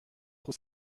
trop